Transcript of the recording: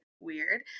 weird